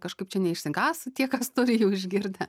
kažkaip čia neišsigąs tie kas turi jų išgirdę